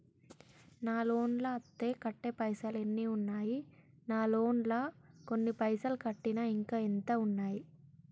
నా లోన్ లా అత్తే కట్టే పైసల్ ఎన్ని ఉన్నాయి నా లోన్ లా కొన్ని పైసల్ కట్టిన ఇంకా ఎంత ఉన్నాయి?